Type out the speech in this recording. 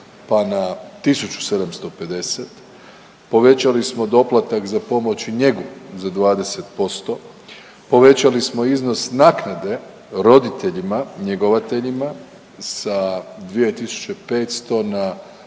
pa na 1,750, povećali smo doplatak za pomoć i njegu za 20%, povećali smo iznos naknade roditeljima njegovateljima sa 2.500 na 4.000